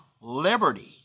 liberty